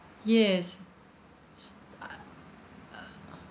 yes s~ I uh